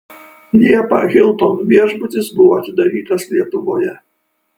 liepą hilton viešbutis buvo atidarytas lietuvoje